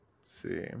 see